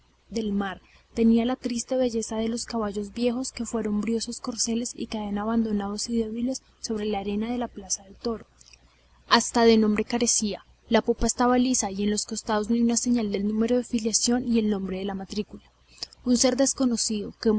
del mar tenía la triste belleza de esos caballos viejos que fueron briosos corceles y caen abandonados y débiles sobre la arena de la plaza de toros hasta de nombre carecía la popa estaba lisa y en los costados ni una señal del número de filiación y nombre de la matrícula un ser desconocido